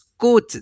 good